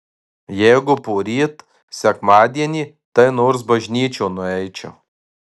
jeigu poryt sekmadienį tai nors bažnyčion nueičiau